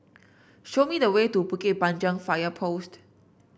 show me the way to Bukit Panjang Fire Post